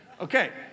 Okay